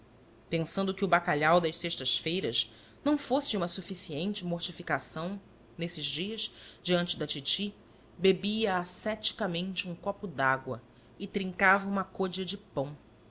pensando que o bacalhau das sextas feiras não fosse uma suficiente mortificação nesses dias diante da titi bebia asceticamente um copo de água e trincava uma côdea de pão